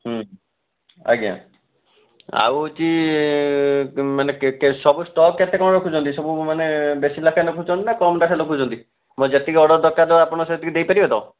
ଆଜ୍ଞା ଆଉ ମାନେ ସବୁ ଷ୍ଟକ୍ କେତେ କ'ଣ ରଖୁଛନ୍ତି ସବୁ ମାନେ ବେଶୀ ଲେଖାଏଁ ରଖୁଚନ୍ତି ନା କମ୍ ଲେଖାଏଁ ରଖୁଛନ୍ତି ମୋର ଯେତିକି ଅର୍ଡ଼ର ଦରକାର ଆପଣ ସେତିକି ଦେଇପାରିବେ ତ